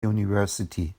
university